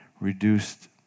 reduced